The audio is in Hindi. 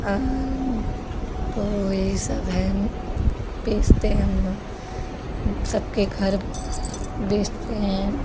और तो यही सब है बेचते हैं हम लोग सबके घर बेचते हैं